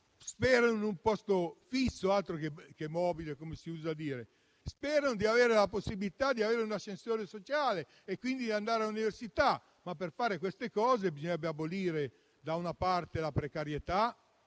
sperano di avere la possibilità di avere un ascensore sociale e quindi di andare all'università. Ma per fare queste cose bisognerebbe abolire da una parte la precarietà,